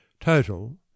Total